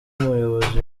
umuyobozi